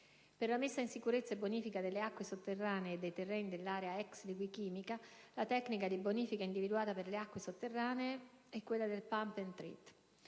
Per la messa in sicurezza e bonifica delle acque sotterranee e dei terreni dell'area and Liquichimica, la tecnica di bonifica individuata per le acque sotterranee è quella del *Pump & Treat*.